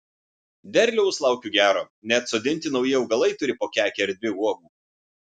derliaus laukiu gero net sodinti nauji augalai turi po kekę ar dvi uogų